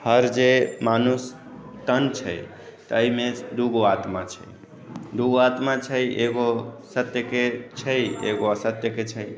हर जे मनुष्य तन छै ताहिमे दू गो आत्मा छै दू आत्मा छै एगो सत्यके छै एगो असत्यके छै